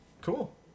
cool